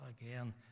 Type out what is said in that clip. again